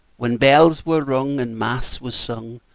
when bells were rung, and mass was sung,